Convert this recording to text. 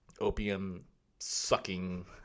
Opium-sucking